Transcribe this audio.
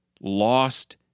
lost